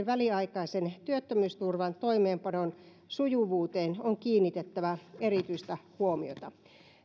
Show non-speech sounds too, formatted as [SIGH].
[UNINTELLIGIBLE] väliaikaisen työttömyysturvan toimeenpanon sujuvuuteen on kiinnitettävä erityistä huomiota